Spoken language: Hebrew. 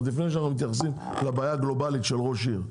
עוד לפני שאנחנו מתייחסים לבעיה הגלובלית של ראש עיר.